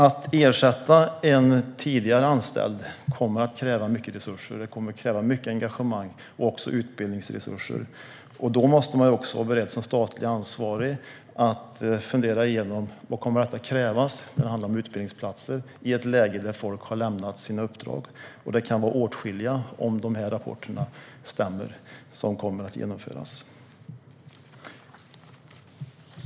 Att ersätta en tidigare anställd kommer att kräva mycket resurser och engagemang, även utbildningsresurser. Då måste man som statligt ansvarig vara beredd att fundera igenom vad som kommer att krävas när det handlar om utbildningsplatser i ett läge där folk har lämnat sina uppdrag. Om rapporterna stämmer kan det vara åtskilliga som kommer att genomföra detta.